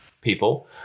people